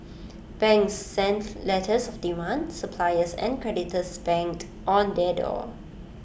banks sent letters of demand suppliers and creditors banged on their door